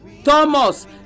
Thomas